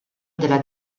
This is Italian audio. della